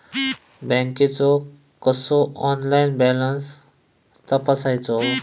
बँकेचो कसो online balance तपासायचो?